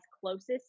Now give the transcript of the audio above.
closest